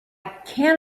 can